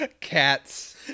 cats